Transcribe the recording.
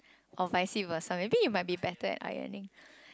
or vice versa maybe you might be better at ironing